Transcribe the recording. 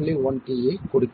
ஐக் கொடுக்கிறது